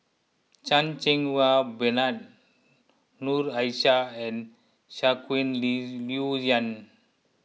Chan Cheng Wah Bernard Noor Aishah and Shangguan Liuyun